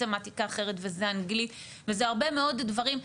זה מתמטיקה אחרת וזה אנגלית וזה הרבה מאוד דברים.